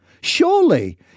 Surely